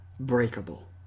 breakable